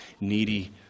needy